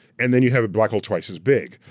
and then you have a black hole twice as big,